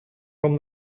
from